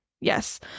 yes